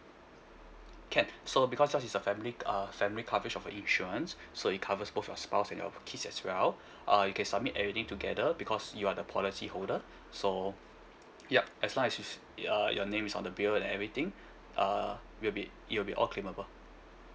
can so because of this a family uh family coverage of a insurance so it covers both your spouse and your kids as well uh you can submit everything together because you are the policy holder so yup as long as you s~ uh your name is on the bill and everything uh will be it will be all claimable